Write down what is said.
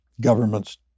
government's